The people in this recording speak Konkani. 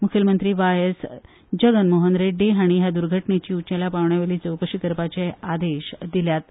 मुख्यमंत्री व्हाय एस जगनमोहन रेड्डी हांणी ह्या दूर्घटणेची उंचेल्या पांवड्या वयली चवकशी करपाचे आदेश दिल्यात